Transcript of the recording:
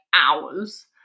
hours